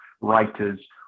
writers